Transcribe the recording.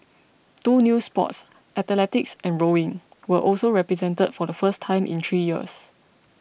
two new sports athletics and rowing were also represented for the first time in three years